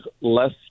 less